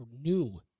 new